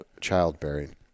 childbearing